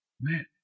Man